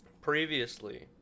previously